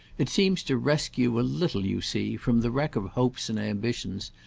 it seems to rescue a little, you see, from the wreck of hopes and ambitions,